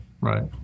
Right